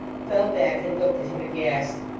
fell back, and looked at him aghast.